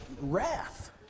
wrath